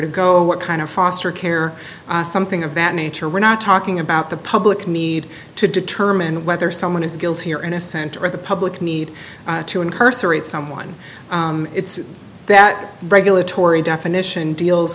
to go what kind of foster care something of that nature we're not talking about the public need to determine whether someone is guilty or innocent or the public need to incarcerate someone it's that regulatory definition deals